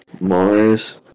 Mars